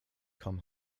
come